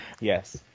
Yes